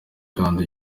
kandi